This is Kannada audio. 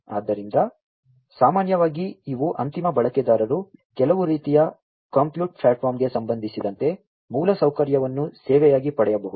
ಆದ್ದರಿಂದ ಸಾಮಾನ್ಯವಾಗಿ ಇವು ಅಂತಿಮ ಬಳಕೆದಾರರು ಕೆಲವು ರೀತಿಯ ಕಂಪ್ಯೂಟ್ ಪ್ಲಾಟ್ಫಾರ್ಮ್ಗೆ ಸಂಬಂಧಿಸಿದಂತೆ ಮೂಲಸೌಕರ್ಯವನ್ನು ಸೇವೆಯಾಗಿ ಪಡೆಯಬಹುದು